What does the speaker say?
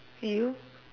you